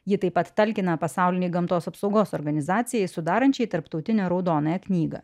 ji taip pat talkina pasaulinei gamtos apsaugos organizacijai sudarančiai tarptautinę raudonąją knygą